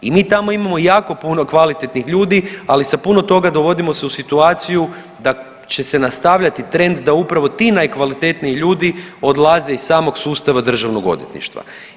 I mi tamo imamo jako puno kvalitetnih ljudi, ali sa puno toga se dovodimo u situaciju da će se nastavljati trend da upravo ti najkvalitetniji ljudi odlaze iz samog sustava Državnog odvjetništva.